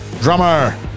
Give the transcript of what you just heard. Drummer